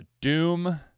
Doom